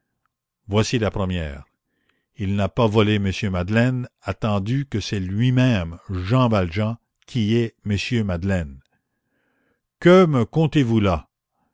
voici la première il n'a pas volé m madeleine attendu que c'est lui-même jean valjean qui est m madeleine que me contez-vous là